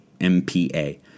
M-P-A